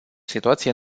situație